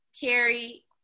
carrie